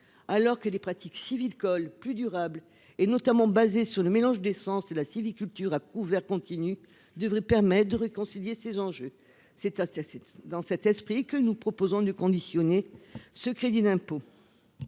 alors que les pratiques civils colle plus durable et notamment basé sur le mélange d'essence de la sylviculture a couvert continue devrait permettent de réconcilier ces enjeux c'est assez assez. Dans cet esprit que nous proposons de conditionner ce crédit d'impôt.